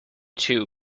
too